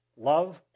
Love